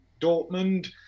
Dortmund